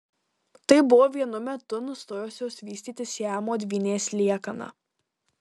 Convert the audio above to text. tai buvo vienu metu nustojusios vystytis siamo dvynės liekana